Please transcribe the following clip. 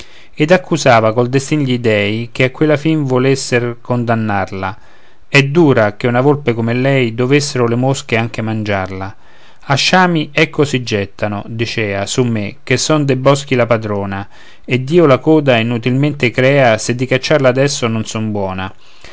ed accusava col destin gli dèi che a quella fin volesser condannarla è dura che una volpe come lei dovessero le mosche anche mangiarla a sciami ecco si gettano dicea su me che son dei boschi la padrona e dio la coda inutilmente crea se di cacciarle adesso non son buona